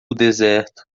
deserto